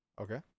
Okay